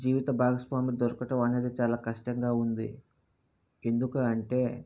జీవిత భాగస్వామి అనేది దొరకటం అనేది చాలా కష్టంగా ఉంది ఎందుకు అంటే